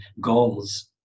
goals